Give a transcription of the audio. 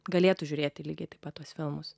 galėtų žiūrėti lygiai taip pat tuos filmus